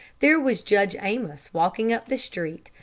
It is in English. there was judge ames walking up the street,